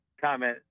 comment